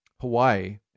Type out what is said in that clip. Hawaii